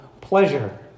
pleasure